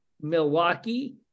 Milwaukee